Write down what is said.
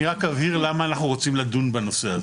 אני רק אבהיר למה אנחנו רוצים לדון בנושא הזה.